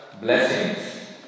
blessings